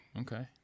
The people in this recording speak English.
Okay